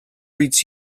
reads